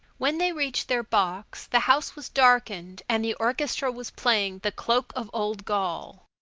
when they reached their box the house was darkened and the orchestra was playing the cloak of old gaul.